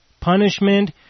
punishment